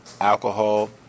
alcohol